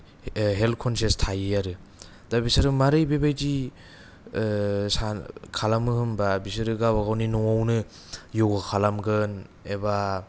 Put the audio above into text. health conscious थायो आरो दा बिसोरो मारै बेबादि खालामो होनबा बिसोरो गावबा गावनि न'आवनो यगा खालामगोन एबा